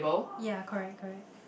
ya correct correct